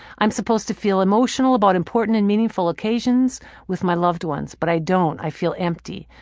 i'm supposed to feel emotional about important and meaningful occasions with my loved ones but i don't. i feel empty.